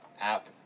app